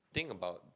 thing about